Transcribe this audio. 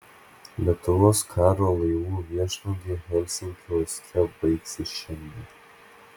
lietuvos karo laivų viešnagė helsinkio uoste baigsis šiandien